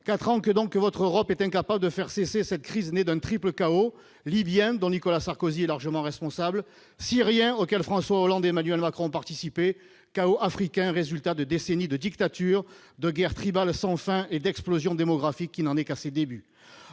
Quatre ans, donc, que votre Europe est incapable de faire cesser cette crise née d'un triple chaos : chaos libyen, dont Nicolas Sarkozy est largement responsable ; chaos syrien, auquel François Hollande et Emmanuel Macron ont participé ; chaos africain, résultat de décennies de dictatures, de guerres tribales sans fin et d'une explosion démographique qui ne fait que commencer.